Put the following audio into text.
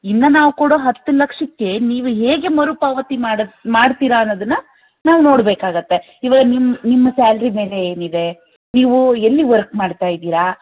ಇನ್ನು ನಾವು ಕೊಡೋ ಹತ್ತು ಲಕ್ಷಕ್ಕೆ ನೀವು ಹೇಗೆ ಮರುಪಾವತಿ ಮಾಡಿ ಮಾಡ್ತೀರ ಅನ್ನೋದನ್ನು ನಾವು ನೋಡಬೇಕಾಗತ್ತೆ ಇವಾಗ ನಿಮ್ಮ ನಿಮ್ಮ ಸ್ಯಾಲ್ರಿ ಮೇಲೆ ಏನಿದೆ ನೀವು ಎಲ್ಲಿ ವರ್ಕ್ ಮಾಡ್ತಾ ಇದ್ದೀರಾ